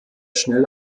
schnell